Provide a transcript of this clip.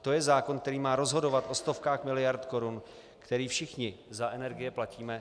To je zákon, který má rozhodovat o stovkách miliard korun, které všichni za energie platíme?